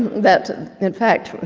that in fact,